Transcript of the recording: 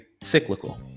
cyclical